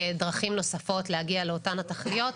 דרכים נוספות להגיע לאותן התכליות,